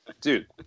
Dude